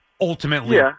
ultimately